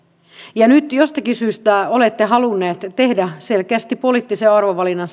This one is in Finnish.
ulkopuolelle nyt jostakin syystä olette halunneet tehdä selkeästi poliittisen arvovalinnan